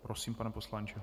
Prosím, pane poslanče.